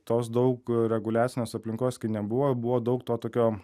tos daug reguliacinės aplinkos kai nebuvo buvo daug to tokio